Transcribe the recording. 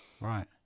Right